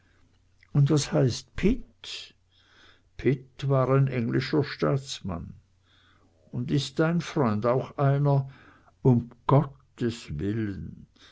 und was heißt pitt pitt war ein englischer staatsmann und ist dein freund auch einer um gottes willen